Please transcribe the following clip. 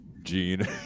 gene